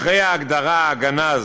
אחרי ההגדרה 'הגנז',